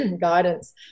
guidance